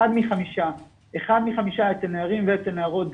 אחד מחמישה אצל נערים ואצל נערות,